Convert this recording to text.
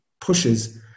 pushes